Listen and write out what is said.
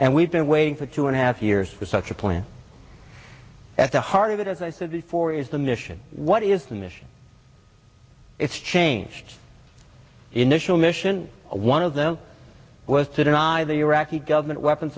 and we've been waiting for two and a half years for such a plan at the heart of it as i said before is the mission what is the mission it's changed initial mission one of them was to deny the iraqi government weapons